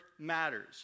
matters